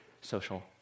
social